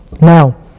Now